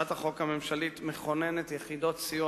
הצעת החוק הממשלתית מכוננת יחידות סיוע